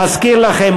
מזכיר לכם,